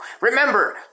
remember